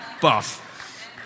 buff